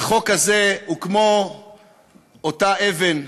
החוק הזה הוא כמו אותה אבן,